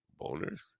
boners